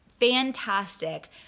fantastic